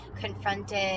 confronted